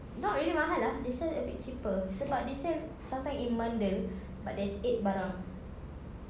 not really mahal lah they sell a bit cheaper sebab they sell sometimes in bundle but there's eight barang